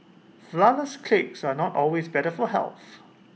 Flourless Cakes are not always better for health